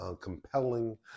compelling